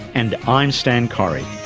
and i'm stan correy